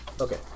Okay